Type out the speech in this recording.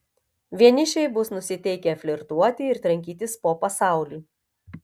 vienišiai bus nusiteikę flirtuoti ir trankytis po pasaulį